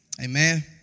Amen